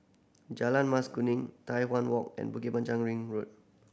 Jalan Mas Kuning Tai Hwan Walk and Bukit Panjang Ring Road